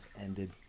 ended